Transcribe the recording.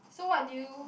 so what did you